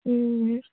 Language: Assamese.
ও